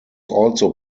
also